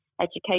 education